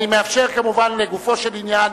אני מאפשר כמובן, לגופו של עניין,